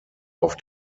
auf